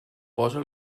posa